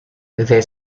they